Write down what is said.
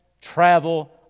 travel